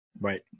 Right